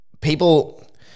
people